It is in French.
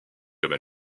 comme